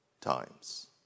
times